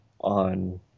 on